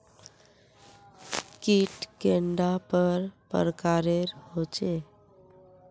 कीट कैडा पर प्रकारेर होचे?